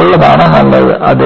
ഉള്ളതാണ് നല്ലത്